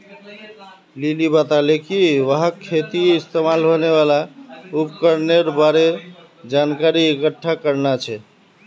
lily बताले कि वहाक खेतीत इस्तमाल होने वाल उपकरनेर बार जानकारी इकट्ठा करना छ